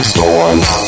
Storms